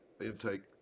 intake